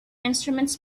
instruments